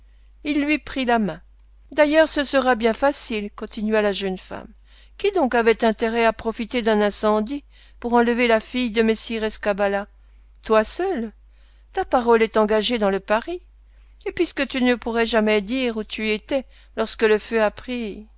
il lui prit la main d'ailleurs ce sera bien facile continua la jeune femme qui donc avait intérêt à profiter d'un incendie pour enlever la fille de messire escabala toi seul ta parole est engagée dans le pari et puisque tu ne pourrais jamais dire où tu étais lorsque le feu a pris